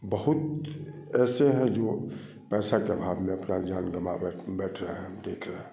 बहुत ऐसे हैं जो पैसा के आभाव में अपना जान गवां बैठ रहे है हम देख रहे